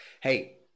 Hey